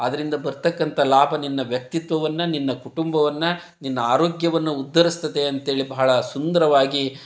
ಅದರಿಂದ ಬರತಕ್ಕಂಥ ಲಾಭ ನಿನ್ನ ವ್ಯಕ್ತಿತವನ್ನು ನಿನ್ನ ಕುಟುಂಬವನ್ನು ನಿನ್ನ ಆರೋಗ್ಯವನ್ನು ಉದ್ಧರಿಸ್ತದೆ ಅಂತೇಳಿ ಬಹಳ ಸುಂದರವಾಗಿ